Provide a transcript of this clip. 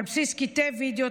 על בסיס קטעי וידיאו,